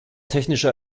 technische